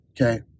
okay